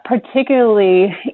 particularly